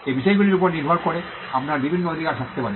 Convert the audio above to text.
এবং বিষয়গুলির উপর নির্ভর করে আপনার বিভিন্ন অধিকার থাকতে পারে